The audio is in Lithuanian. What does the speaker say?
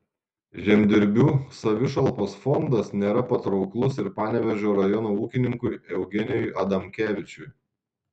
žemdirbių savišalpos fondas nėra patrauklus ir panevėžio rajono ūkininkui eugenijui adamkevičiui